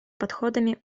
подходами